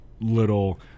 little